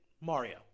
Mario